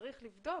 צריך לבחון